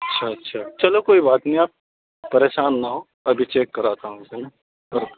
اچھا اچھا چلو کوئی بات نہیں آپ پریشان نہ ہوں ابھی چیک کراتا ہوں اسے میں